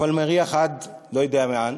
אבל מריח עד לא יודע לאן,